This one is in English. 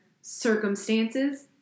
circumstances